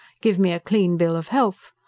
give me a clean bill of health,